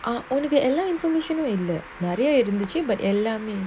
I only get alert information you know alert but then in the gym but alarming